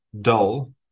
dull